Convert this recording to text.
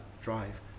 drive